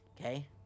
Okay